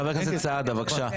חבר הכנסת סעדה, בבקשה.